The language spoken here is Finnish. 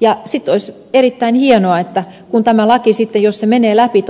ja sitten olisi erittäin hienoa jos tämä laki todellakin menee läpi